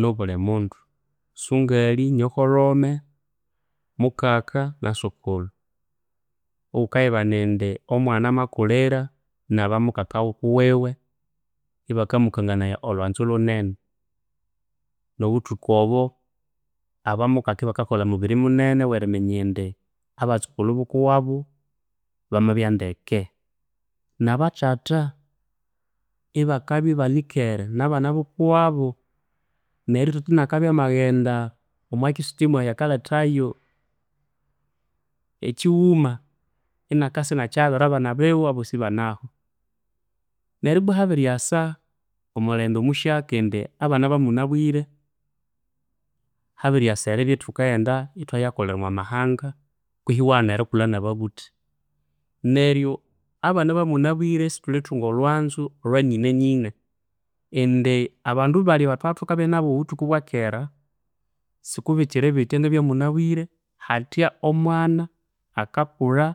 nobuli mundu. Sungali nyokolhome, mukaka nasokulhu. Ighukayibana indi omwana amakulira nabamukaka ghukuwiwe, ibakamukanganaya olhwanzu lhunene. Nobuthuku obo, abamukaka ibakakolha mubiri munene iweriminya indi abatsikulhu bukuwabu, bamabya ndeke. Nabathatha ibakabya ibanikere nabana bukuwabu. Neryo thatha inakabya amaghenda, omwakyisukyi mweyu kalethayu ekyighuma, inakasa inakyighabira abana biwe abosi ibanahu. Neryo ibwa habiryasa omulembe omuhyaka indi abana bamunabwire habiryasa eribya ithukaghenda ithwayakolera omwamahanga, kwihi iwaghana erikulha nababuthi. Neryo abana bamunabwire sithulithunga olhwanzu olhwanyinenyine indi abandu balya abathwabya thukabya nabu obuthuku obwakera, sikubikyiribithya ngebyamunabwire. Hathya omwana akakulha